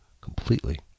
completely